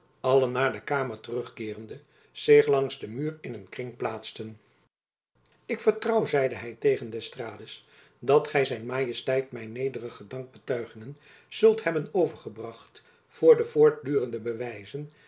naar de zaal terugkeerende zich langs den muur in een kring plaatsten ik vertrouw zeide hy tegen d'estrades dat gy zijn majesteit mijn nederige dankbetuigingen zult hebben overgebracht voor de voortdurende bewijzen